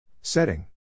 setting